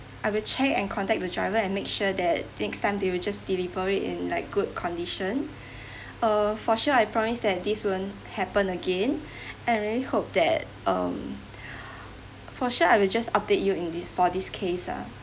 I will check and contact the driver and make sure that next time they will just deliver it in like good condition uh for sure I promise that this won't happen again and I really hope that um for sure I will just update you in this for this case lah